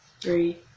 three